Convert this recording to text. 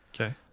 okay